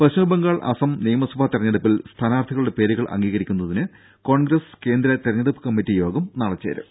പശ്ചിമ ബംഗാൾ അസം നിയമസഭാ തെരഞ്ഞെടുപ്പിൽ സ്ഥാനാർഥികളുടെ പേരുകൾ അംഗീകരിക്കുന്നതിന് കോൺഗ്രസ് കേന്ദ്ര തെരഞ്ഞെടുപ്പ് കമ്മിറ്റി യോഗം നാളെ ചേരും